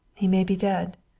he may be dead.